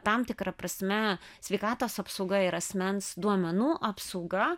tam tikra prasme sveikatos apsauga ir asmens duomenų apsauga